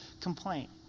complaint